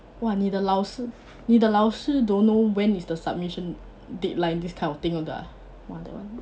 !wah! 你的老师你的老师 don't know when is the submission deadline this kind of thing 的 ah !wah! that [one]